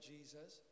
Jesus